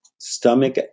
stomach